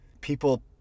people